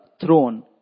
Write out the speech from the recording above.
throne